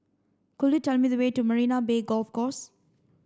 could you tell me the way to Marina Bay Golf Course